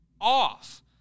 off